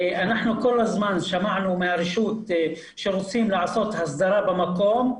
אנחנו כל הזמן שמענו מהרשות שרוצים לעשות הסדרה במקום.